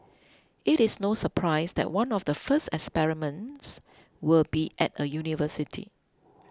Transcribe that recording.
it is no surprise that one of the first experiments will be at a university